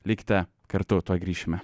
likite kartu tuoj grįšime